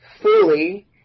fully